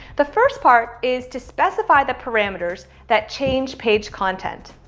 the first part is to specify the parameters that change page content.